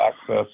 access